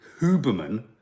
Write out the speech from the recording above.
Huberman